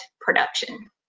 production